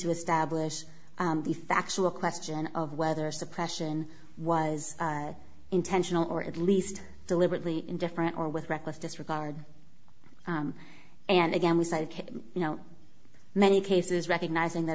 to establish the factual question of whether suppression was intentional or at least deliberately indifferent or with reckless disregard and again we cited you know many cases recognizing that